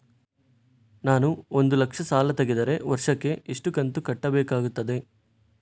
ನಾನು ಒಂದು ಲಕ್ಷ ಸಾಲ ತೆಗೆದರೆ ವರ್ಷಕ್ಕೆ ಎಷ್ಟು ಕಂತು ಕಟ್ಟಬೇಕಾಗುತ್ತದೆ?